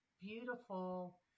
beautiful